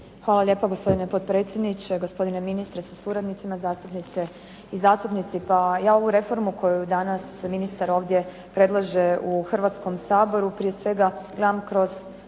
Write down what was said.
Hvala lijepo, gospodine potpredsjedniče. Gospodine ministre sa suradnicima, zastupnice i zastupnici. Pa ja ovu reformu koju danas ministar ovdje predlaže u Hrvatskom saboru prije svega gledam kroz